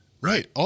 Right